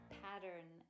pattern